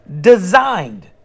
Designed